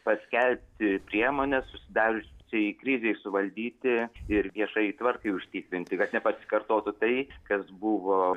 paskelbti priemones susidariusiai krizei suvaldyti ir viešajai tvarkai užtikrinti kad nepasikartotų tai kas buvo